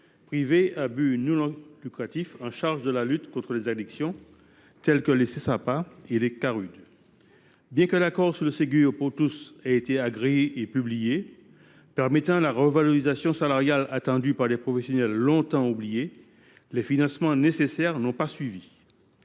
privés à but non lucratif chargés de la lutte contre les addictions, tels que les Csapa et les Caarud. Bien que l’accord sur le Ségur pour tous ait été agréé et publié – il a permis la revalorisation salariale attendue par des professionnels longtemps oubliés –, les financements nécessaires n’ont pas suivi.